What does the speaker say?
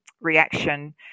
reaction